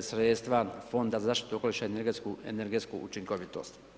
sredstva Fonda za zaštitu okoliša i energetsku učinkovitost.